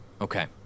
Okay